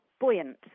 buoyant